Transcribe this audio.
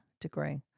degree